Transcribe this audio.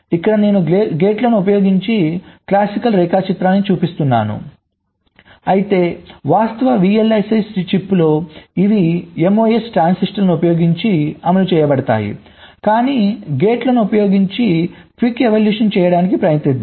ఇక్కడ నేను గేట్లను ఉపయోగించి క్లాసికల్ రేఖాచిత్రాన్ని చూపిస్తున్నాను అయితే వాస్తవ VLSI చిప్లో ఇవి MOS ట్రాన్సిస్టర్లను ఉపయోగించి అమలు చేయబడతాయి కాని గేట్లను ఉపయోగించి శీఘ్ర మూల్యాంకనం చేయడానికి ప్రయత్నిద్దాం